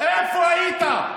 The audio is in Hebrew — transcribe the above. איפה היית?